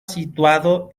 situado